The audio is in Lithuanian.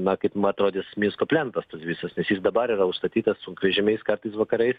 na kaip mum atrodys minsko plentas tas visas nes jis dabar yra užstatytas sunkvežimiais kartais vakarais